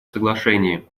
соглашении